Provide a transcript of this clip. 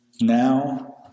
Now